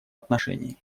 отношении